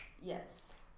yes